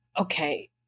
Okay